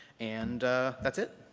and that's it.